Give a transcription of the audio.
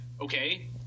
okay